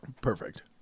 perfect